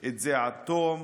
את זה עד תום